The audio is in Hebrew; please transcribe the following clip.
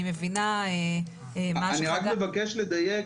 אני מבינה מה שחגי --- אני רק מבקש לדייק,